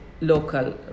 local